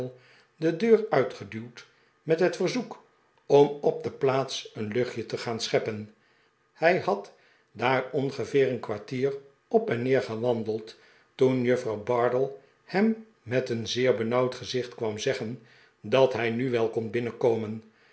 de deur uitgeduwd met het verzoek om op de plaats een luchtje te gaan scheppen hij had daar ongeveer een kwartier op en neer gewandeld toen juffrouw bardell hem met een zeer benauwd gezicht kwam zeggen dat hij nu wel